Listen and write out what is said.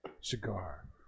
cigar